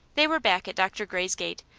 they were back at dr. gray's gate,